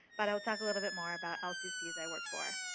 but i'll talk a little bit more about lccs i work for.